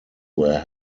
were